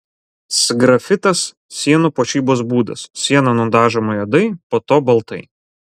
sgrafitas sienų puošybos būdas siena nudažoma juodai po to baltai